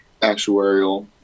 actuarial